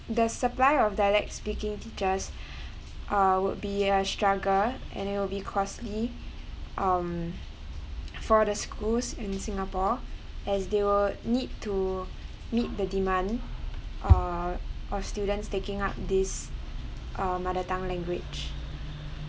the supply of dialect speaking teachers uh would be a struggle and it will be costly um for the schools in singapore as they will need to meet the demand uh or students taking up this uh mother tongue language